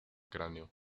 cráneo